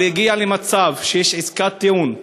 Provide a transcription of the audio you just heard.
אבל זה הגיע למצב שיש עסקת טיעון,